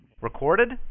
Recorded